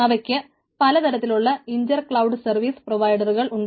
അവയ്ക്ക് പലതരത്തിലുള്ള intercloud service പ്രൊവൈഡറുകൾ ഉണ്ട്